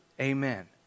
Amen